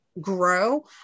grow